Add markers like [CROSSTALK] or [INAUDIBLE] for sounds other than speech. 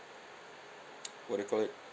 [NOISE] what do you call it